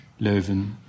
Leuven